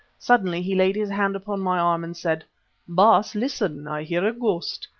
suddenly he laid his hand upon my arm and said baas, listen! i hear a ghost.